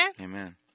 Amen